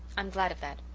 i'm glad of that.